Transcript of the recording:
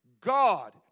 God